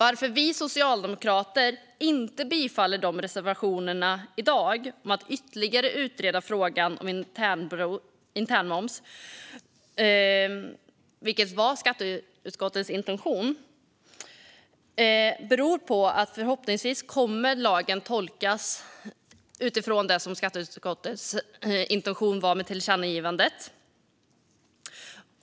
Att vi socialdemokrater i dag inte kommer att rösta ja till reservationerna om att ytterligare utreda frågan om internmoms, vilket var skatteutskottets intention, beror på att lagen förhoppningsvis kommer att tolkas utifrån det som var skatteutskottets intention bakom tillkännagivandet.